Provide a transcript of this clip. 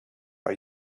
are